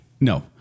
No